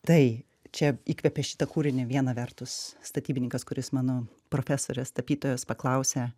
tai čia įkvėpė šitą kūrinį viena vertus statybininkas kuris mano profesorės tapytojos paklausė